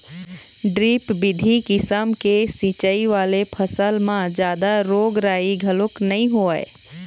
drip बिधि किसम के सिंचई वाले फसल म जादा रोग राई घलोक नइ होवय